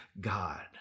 God